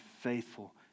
faithful